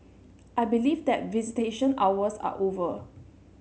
I believe that visitation hours are over